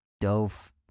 dove